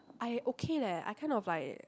I okay leh I kind of like